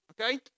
okay